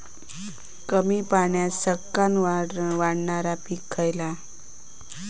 कमी पाण्यात सरक्कन वाढणारा पीक खयला?